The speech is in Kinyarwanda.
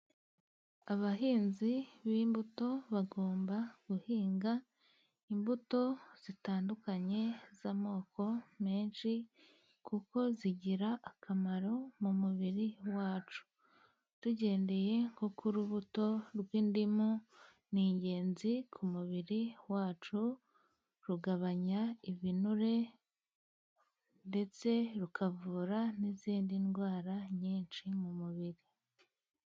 Abahinzi b'imbuto bagomba guhinga imbuto zitandukanye z'amoko menshi, kuko zigira akamaro mu mubiri wacu, tugendeye nko k'urubuto rw'indimu, ni ingenzi ku mubiri wacu, rugabanya ibinure, ndetse rukavura n'izindi ndwara nyinshi mu mubiri.